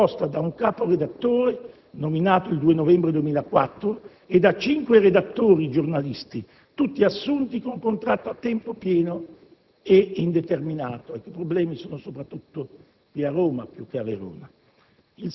è composta da un capo redattore (nominato il 2 novembre 2004) e da cinque redattori (giornalisti), tutti assunti con contratto a tempo pieno e indeterminato: i problemi si pongono soprattutto a Roma più che a Verona.